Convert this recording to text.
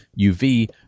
UV